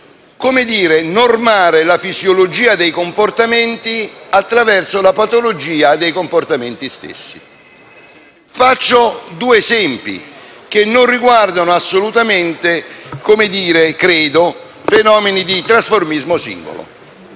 corretto normare la fisiologia dei comportamenti attraverso la patologia dei comportamenti stessi. Faccio due esempi che non riguardano assolutamente - credo - fenomeni di trasformismo singolo.